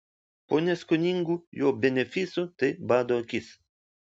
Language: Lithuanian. po neskoningų jo benefisų tai bado akis